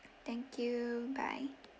thank you bye